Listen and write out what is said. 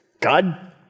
God